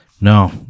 No